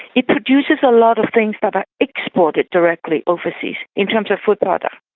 it produces a lot of things that are exported directly overseas, in terms of food products.